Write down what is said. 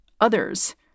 Others